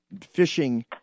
fishing